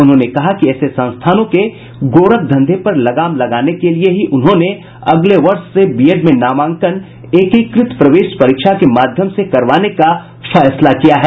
उन्होंने कहा कि ऐसे संस्थानों के गोरखधंधे पर लगाम लगाने के लिए ही उन्होंने अगले वर्ष से बीएड में नामांकन एकीकृत प्रवेश परीक्षा के माध्यम से करवाने का फैसला किया है